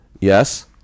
yes